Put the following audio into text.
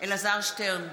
אלעזר שטרן,